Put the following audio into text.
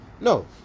no